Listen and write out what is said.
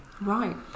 Right